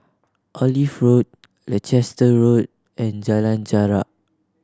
Olive Road Leicester Road and Jalan Jarak